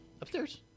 Upstairs